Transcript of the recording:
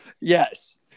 Yes